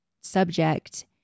subject